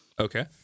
Okay